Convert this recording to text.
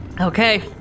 Okay